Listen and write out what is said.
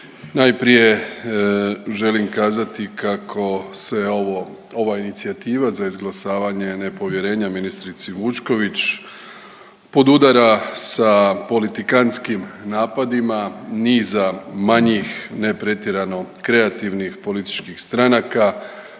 najprije želim kazati kako se ovo, ova inicijativa za izglasavanje nepovjerenja ministrici Vučković podudara sa politikantskim napadima niza manjih ne pretjerano kreativnih političkih stranaka